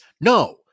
No